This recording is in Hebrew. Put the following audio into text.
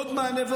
עוד מענה,